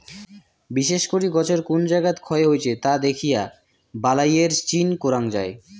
বিশেষ করি গছের কুন জাগাত ক্ষয় হইছে তা দ্যাখিয়া বালাইয়ের চিন করাং যাই